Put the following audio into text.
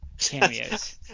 cameos